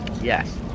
Yes